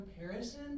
comparison